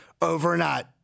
overnight